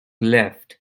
left